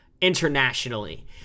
internationally